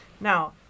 Now